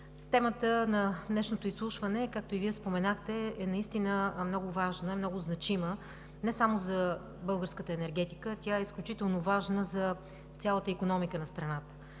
Темата на днешното изслушване, както и Вие споменахте, е много важна, много значима не само за българската енергетика, тя е изключително важна за цялата икономика на страната,